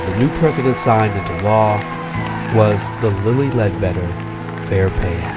new president signed into law was the lilly ledbetter fair pay